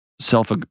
self